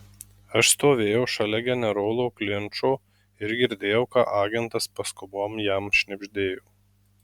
aš stovėjau šalia generolo klinčo ir girdėjau ką agentas paskubom jam šnibždėjo